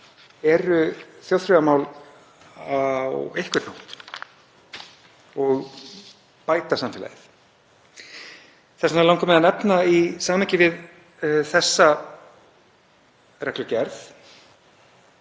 eru þjóðþrifamál á einhvern hátt og bæta samfélagið. Þess vegna langar mig að nefna í samhengi við þessa reglugerð,